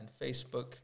Facebook